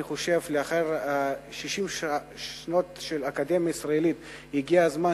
אני חושב שלאחר 60 שנות אקדמיה ישראלית הגיע הזמן